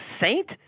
saint